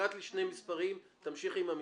הקראת לי שני מספרים, תמשיכי עם המספרים.